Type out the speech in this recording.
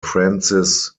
francis